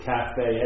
Cafe